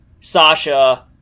Sasha